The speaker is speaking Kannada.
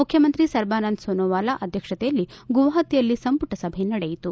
ಮುಖ್ಯಮಂತ್ರಿ ಸರ್ಬಾನಂದ ಸೋನೋವಾಲ್ ಅಧ್ಯಕ್ಷತೆಯಲ್ಲಿ ಗುವಾಹತಿಯಲ್ಲಿ ಸಂಪುಟ ಸಭೆ ನಡೆಯಿತು